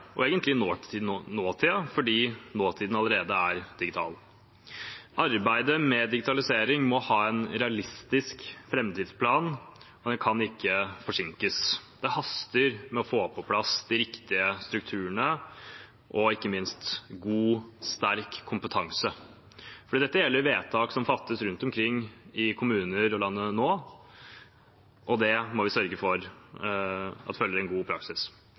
og egentlig nåtiden, fordi nåtiden allerede er digital. Arbeidet med digitalisering må ha en realistisk framdriftsplan, og den kan ikke forsinkes. Det haster å få på plass riktige strukturer og ikke minst god, sterk kompetanse. Dette gjelder vedtak som nå fattes rundt omkring i kommunene i landet, og det må vi sørge for følger en god praksis.